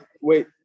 wait